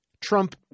Trump